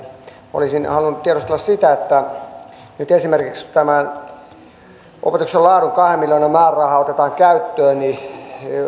olisin halunnut tiedustella sitä että nyt kun esimerkiksi tämä opetuksen laadun kahden miljoonan määräraha otetaan käyttöön niin